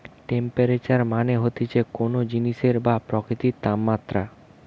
temperature মানে হতিছে কোন জিনিসের বা প্রকৃতির তাপমাত্রা